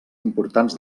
importants